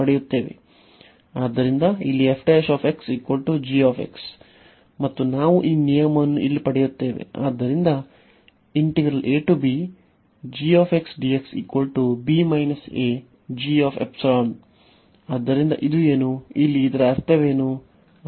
ಆದ್ದರಿಂದ ಇಲ್ಲಿ ಮತ್ತು ನಾವು ಈ ನಿಯಮವನ್ನು ಇಲ್ಲಿ ಪಡೆಯುತ್ತೇವೆ ಆದ್ದರಿಂದ ಆದ್ದರಿಂದ ಇದು ಏನು ಇಲ್ಲಿ ಇದರ ಅರ್ಥವೇನು